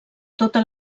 tota